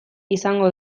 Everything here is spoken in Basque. izango